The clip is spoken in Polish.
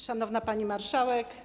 Szanowna Pani Marszałek!